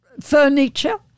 furniture